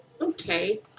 okay